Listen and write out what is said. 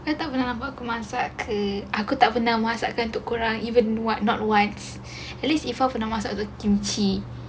aku tak pernah ke aku tak pernah masak untuk kau orang even not once at least iffa pernah masak kimchi